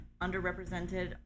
underrepresented